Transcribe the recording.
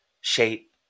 shape